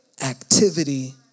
activity